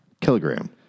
kilogram